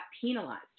penalized